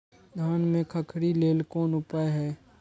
धान में खखरी लेल कोन उपाय हय?